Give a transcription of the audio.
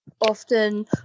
Often